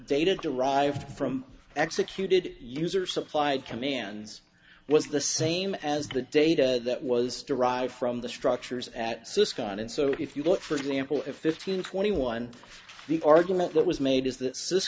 data derived from executed user supplied commands was the same as the data that was derived from the structures at cisco on and so if you look for example if fifteen or twenty one the argument that was made is